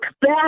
back